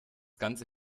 ganze